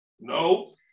No